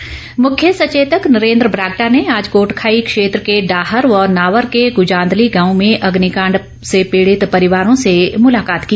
बरागटा मुख्य सचेतक नरेन्द्र बरागटा ने आज कोटखाई क्षेत्र के डाहर व नावर के गुजांदली गांव में अग्निकांड से पीड़ित परिवारों से मुलाकात की